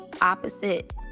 opposite